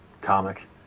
comic